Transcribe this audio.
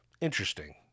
Interesting